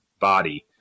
body